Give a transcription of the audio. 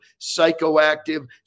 psychoactive